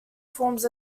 forms